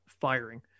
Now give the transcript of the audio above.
firing